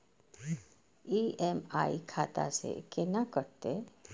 EMI खाता से केना कटते?